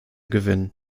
gewinnen